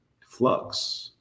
Flux